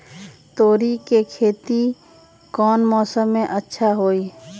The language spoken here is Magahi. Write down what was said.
तोड़ी के खेती कौन मौसम में अच्छा होई?